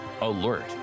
alert